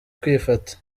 kwifata